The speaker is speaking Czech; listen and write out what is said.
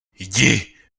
jdi